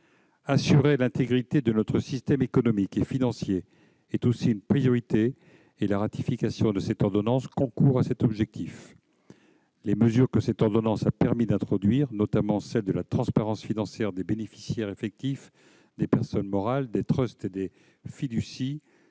Assurer l'intégrité de notre système économique et financier est aussi une priorité. La ratification de l'ordonnance y concourt. Les mesures que celle-ci a permis d'introduire, notamment la transparence financière des bénéficiaires effectifs, des personnes morales, des et des fiducies,